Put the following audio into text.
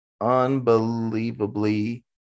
unbelievably